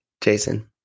Jason